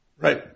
Right